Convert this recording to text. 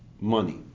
money